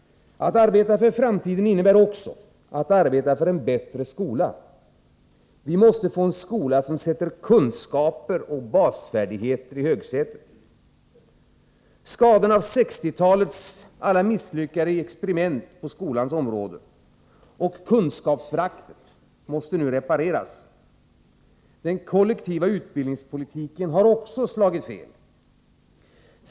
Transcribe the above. Att arbeta för framtiden innebär också att arbeta för en bättre skola. Vi måste få en skola som sätter kunskaper och basfärdigheter i högsätet. Skadorna av 1960-talets alla misslyckade experiment på skolans område och kunskapsföraktet måste nu repareras. Den kollektiva utbildningspolitiken har också slagit fel.